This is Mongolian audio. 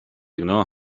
өгнө